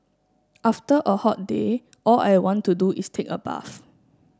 after a hot day all I want to do is take a bath